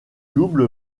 double